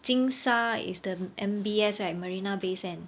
金沙 is the M_B_S right marina bay sands